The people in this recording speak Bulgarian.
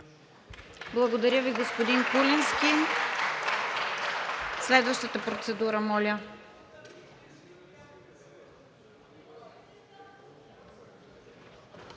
Благодаря Ви, господин Куленски. Следващата процедура, моля.